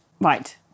right